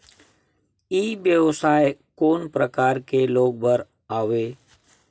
ई व्यवसाय कोन प्रकार के लोग बर आवे?